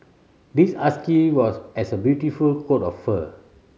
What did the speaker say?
this husky was has a beautiful coat of fur